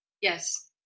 Yes